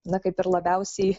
na kaip ir labiausiai